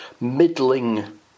middling